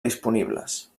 disponibles